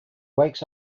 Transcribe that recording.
wakes